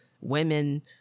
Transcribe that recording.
Women